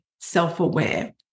self-aware